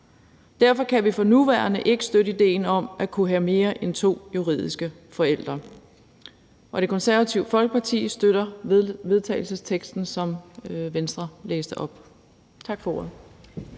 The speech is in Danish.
Derfor kan vi for nuværende ikke støtte idéen om at kunne have mere end to juridiske forældre, og Det Konservative Folkeparti støtter vedtagelsesteksten, som Venstre læste op. Tak for ordet.